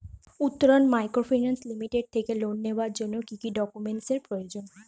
Uttaran microfinance limited থেকে loan নেওয়ার জন্য কি কি ডকুমেন্টস এর প্রয়োজন?